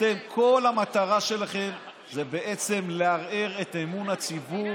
אתם, כל המטרה שלכם זה בעצם לערער את אמון הציבור